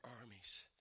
armies